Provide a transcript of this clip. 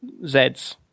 Zeds